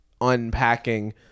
unpacking